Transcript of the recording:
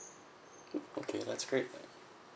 okay that's great